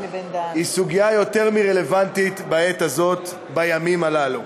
סוגיה רלוונטית ביותר בעת הזאת ובימים הללו.